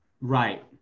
Right